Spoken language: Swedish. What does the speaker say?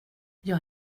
jag